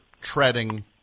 treading